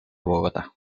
bogotá